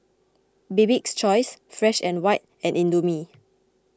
Bibik's Choice Fresh and White and Indomie